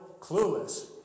clueless